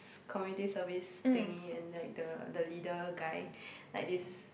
community service thingy and like the the leader guy like this